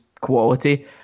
quality